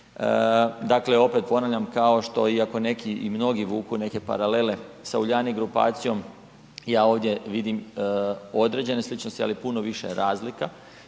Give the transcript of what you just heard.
Dakle opet ponavljam kao što iako neki i mnogi vuku neke paralele sa Uljanik grupacijom ja ovdje vidim određene sličnosti ali i puno više razlika